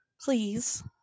Please